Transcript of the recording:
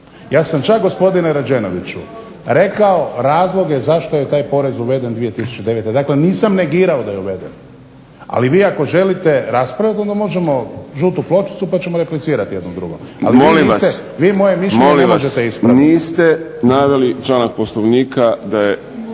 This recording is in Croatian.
Ja sam čak gospodine Rađenoviću rekao razloge zašto je taj porez uveden 2009., dakle nisam negirao da je uveden, ali vi ako želite … onda možemo žutu pločicu pa ćemo replicirati jedan drugome. Ali vi moje mišljenje ne možete ispraviti.